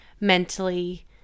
mentally